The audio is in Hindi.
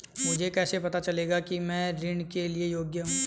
मुझे कैसे पता चलेगा कि मैं ऋण के लिए योग्य हूँ?